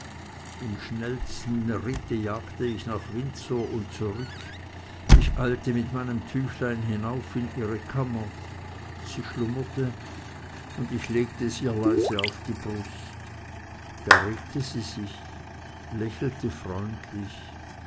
im schnellsten ritte jagte ich nach windsor und zurück ich eilte mit meinem tüchlein hinauf in ihre kammer sie schlummerte und ich legte es ihr leise auf die brust da regte sie sich lächelte freundlich